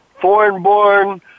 foreign-born